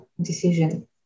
decision